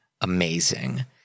amazing